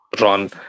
run